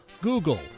Google